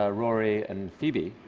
ah rory and phoebe,